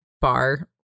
bar